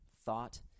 thought